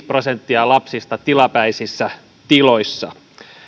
prosenttia lapsista tilapäisissä tiloissa